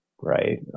right